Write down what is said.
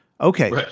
Okay